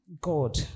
God